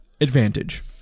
advantage